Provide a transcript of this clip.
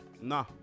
nah